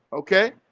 okay